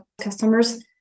customers